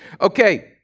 Okay